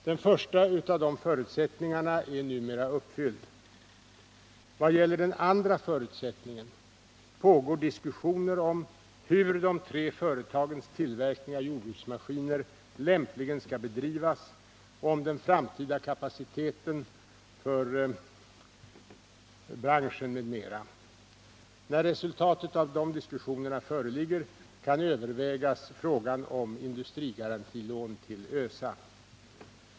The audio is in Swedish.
Den första av dessa förutsättningar är numera uppfylld. Vad gäller den andra förutsättningen pågår diskussioner om hur de tre företagens tillverkning av skogsbruksmaskiner lämpligen skall bedrivas och om den framtida kapaciteten för branschen m.m. När resultatet av dessa diskussioner föreligger kan frågan om industrigarantilån till ÖSA övervägas.